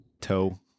toe